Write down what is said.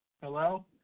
Hello